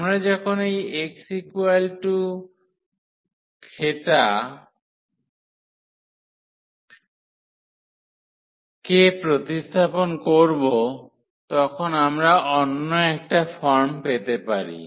আমরা যখন এই x কে প্রতিস্থাপন করব তখন আমরা অন্য একটা ফর্ম পেতে পারি